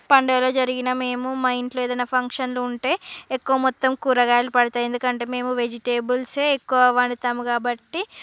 పండుగలు జరిగిన మేము మా ఇంట్లో ఏదైనా ఫంక్షన్లు ఉంటే ఎక్కువ మొత్తం కూరగాయలు పడతాయ్ ఎందుకంటే మేము వేజిటబుల్సే ఎక్కువ వండుతాము కాబట్టి